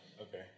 Okay